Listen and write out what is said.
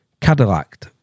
Cadillac